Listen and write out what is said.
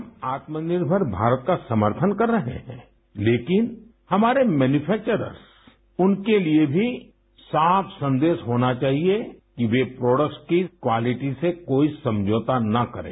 हम आत्मनिर्मर भारत का समर्थन कर रहे हैं लेकिन हमारे मैन्यूफ़ेक्वर्म्स उनके लिए भी साफ सन्देश होना चाहिए कि वे प्रोडक्ट्स की क्वालिटी से कोई समझौता न करें